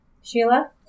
Sheila